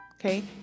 Okay